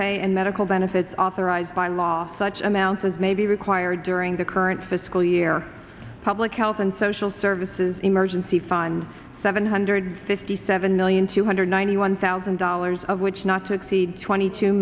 pay and medical benefits authorized by law such amounts as may be required during the current fiscal year public health and social services emergency fund seven hundred fifty seven million two hundred ninety one thousand dollars of which not to exceed twenty two